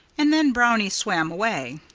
and then brownie swam away.